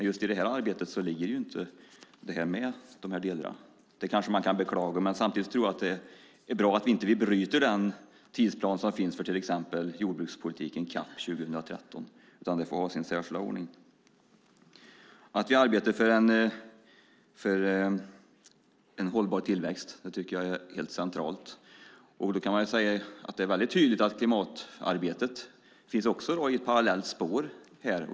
Just i det här arbetet ligger inte de delarna med. Det kanske man kan beklaga, men samtidigt tror jag att det är bra att vi inte bryter den tidsplan som finns för till exempel jordbrukspolitiken, CAP 2013, utan den får ha sin särskilda ordning. Att vi arbetar för en hållbar tillväxt tycker jag är helt centralt. Då kan man säga att det är väldigt tydligt att klimatarbetet också finns på ett parallellt spår.